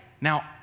Now